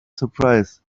surprise